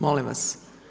Molim vas!